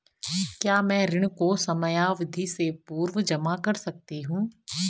क्या मैं ऋण को समयावधि से पूर्व जमा कर सकती हूँ?